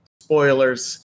spoilers